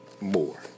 more